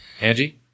Angie